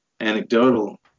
anecdotal